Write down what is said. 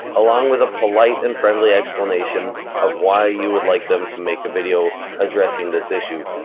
along with a polite and friendly explanation of why you would like them to make a video addressing this issue.